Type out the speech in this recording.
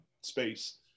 space